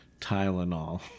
Tylenol